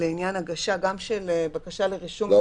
לעניין הגשה גם של בקשה לרישום --- אבל,